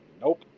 nope